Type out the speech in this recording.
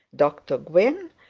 dr gwynne,